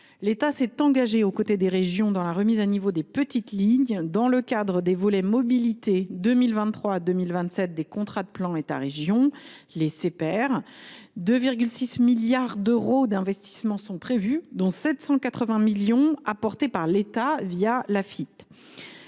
L’État s’est engagé aux côtés des régions dans la remise à niveau des petites lignes dans le cadre des volets mobilité 2023 2027 des contrats de plan État région (CPER) : 2,6 milliards d’euros d’investissements sont prévus, dont 780 millions apportés par l’État l’Agence